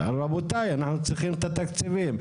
רבותיי אנחנו צריכים את התקציבים.